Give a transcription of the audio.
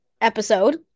episode